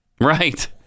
right